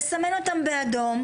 לסמן אותן באדום.